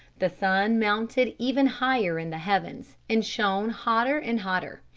the sun mounted even higher in the heavens, and shone hotter and hotter.